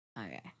okay